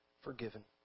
forgiven